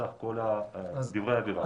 מסך כל דברי העבירה.